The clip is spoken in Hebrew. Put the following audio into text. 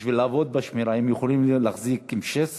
שבשביל לעבוד בשמירה, הם יכולים להחזיק M-16